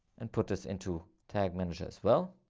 and put this into tag manager as well.